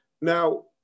Now